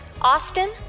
Austin